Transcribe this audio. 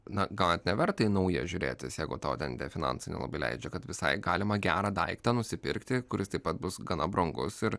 na gal ir neverta į naują žiūrėtis jeigu tau tie finansai nelabai leidžia kad visai galima gerą daiktą nusipirkti kuris taip pat bus gana brangus ir